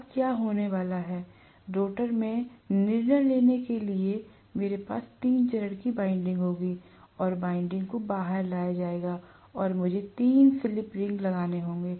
अब क्या होने वाला है रोटर में निर्णय लेने के लिए मेरे पास तीन चरण की वाइंडिंग होगी और वाइंडिंग को बाहर लाया जाएगा और मुझे 3 स्लिप रिंग लगाने होंगे